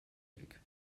erik